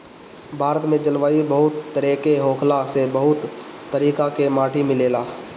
भारत में जलवायु बहुत तरेह के होखला से बहुत तरीका के माटी मिलेला